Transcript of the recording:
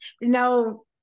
no